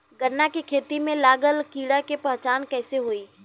गन्ना के खेती में लागल कीड़ा के पहचान कैसे होयी?